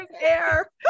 air